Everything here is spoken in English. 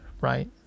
right